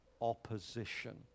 opposition